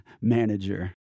manager